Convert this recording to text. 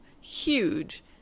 huge